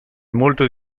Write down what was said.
molto